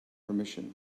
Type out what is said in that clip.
permission